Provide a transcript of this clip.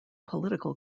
political